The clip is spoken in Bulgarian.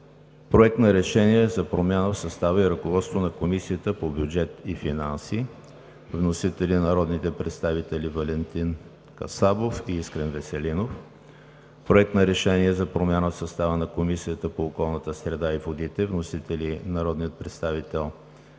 Проект на решение за промяна в състава и ръководството на Комисията по бюджет и финанси. Вносители са народните представители Валентин Касабов и Искрен Веселинов. Проект на решение за промяна в състава на Комисията по околната среда и водите. Вносители са народните представители Валентин Касабов и Искрен Веселинов.